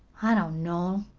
i don't know.